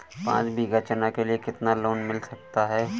पाँच बीघा चना के लिए कितना लोन मिल सकता है?